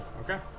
Okay